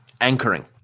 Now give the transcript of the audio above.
anchoring